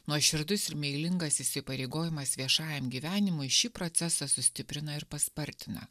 nuoširdus ir meilingas įsipareigojimas viešajam gyvenimui šį procesą sustiprina ir paspartina